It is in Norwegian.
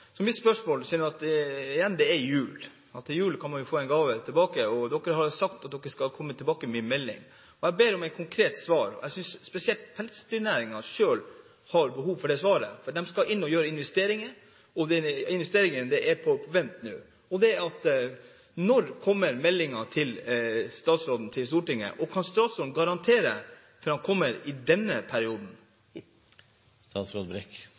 Det er jul, og til jul kan man jo få en gave. Statsråden har sagt at departementet skal komme med en melding, og jeg ber om et konkret svar. Spesielt pelsdyrnæringen selv har behov for det svaret, for de skal inn og gjøre investeringer, og de investeringene er på vent nå. Når kommer denne meldingen fra statsråden til Stortinget? Kan statsråden garantere at den kommer i denne perioden?